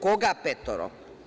Koga petoro?